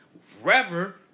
forever